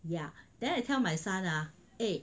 ya then I tell my son ah